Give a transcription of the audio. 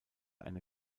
eine